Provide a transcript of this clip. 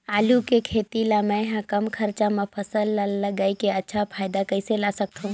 आलू के खेती ला मै ह कम खरचा मा फसल ला लगई के अच्छा फायदा कइसे ला सकथव?